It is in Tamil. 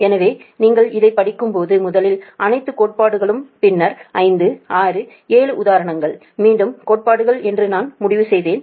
எனவே நீங்கள் இதைப் படிக்கும்போது முதலில் அனைத்து கோட்பாடுகளும் பின்னர் 5 6 7 உதாரணங்கள் மீண்டும் கோட்பாடுகள் என்று நான் முடிவு செய்தேன்